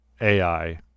AI